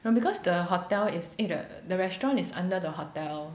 no because the hotel is eh the restaurant is under the hotel